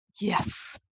Yes